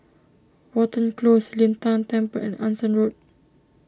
Watten Close Lin Tan Temple and Anson Road